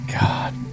God